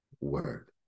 word